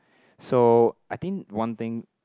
so I think one thing